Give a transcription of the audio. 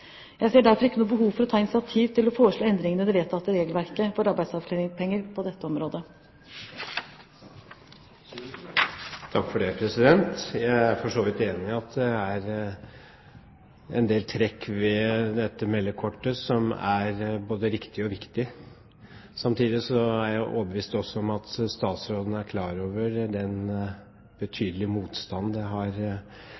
Jeg ser derfor ikke noe behov for å ta noen initiativ til å foreslå endringer i det vedtatte regelverket for arbeidsavklaringspenger på dette området. Takk for det. Jeg er for så vidt enig i at det er en del trekk ved dette meldekortet som er både riktige og viktige. Samtidig er jeg overbevist om at statsråden er klar over den